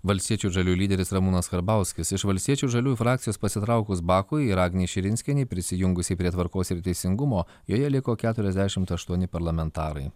valstiečių ir žaliųjų lyderis ramūnas karbauskis iš valstiečių ir žaliųjų frakcijos pasitraukus bakui ir agnei širinskienei prisijungusiai prie tvarkos ir teisingumo joje liko keturiasdešimt aštuoni parlamentarai